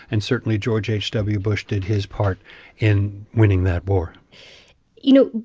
and certainly, george h w. bush did his part in winning that war you know,